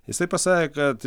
jisai pasakė kad